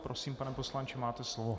Prosím, pane poslanče, máte slovo.